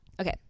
okay